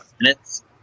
minutes